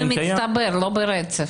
זה במצטבר, לא ברצף.